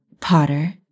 Potter